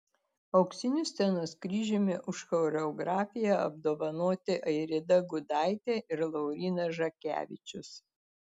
auksiniu scenos kryžiumi už choreografiją apdovanoti airida gudaitė ir laurynas žakevičius